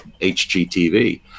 HGTV